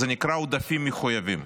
זה נקרא עודפים מחויבים.